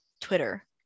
twitter